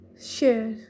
share